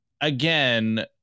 again